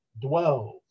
dwells